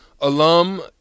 alum